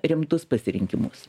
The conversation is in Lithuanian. rimtus pasirinkimus